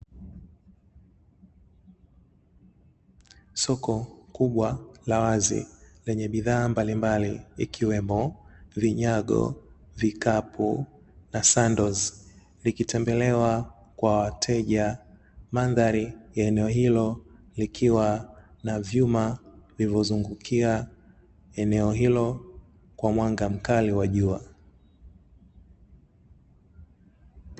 Soko kubwa la wazi lenye bidhaa mbalimbali ikiwemo; vinyago, vikapu na sandozi likitembelewa kwa wateja, mandhari ya eneo hilo likiwa na vyuma vilivyozungukia eneo hilo kwa mwanga mkali wa jua.